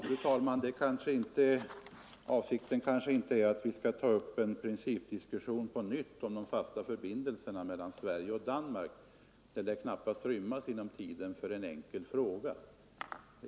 Fru talman! Avsikten kanske inte är att vi skall ta upp en principdiskussion på nytt om de fasta förbindelserna mellan Sverige och Danmark; en sådan diskussion lär knappast rymmas inom tiden för en enkel fråga.